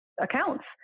accounts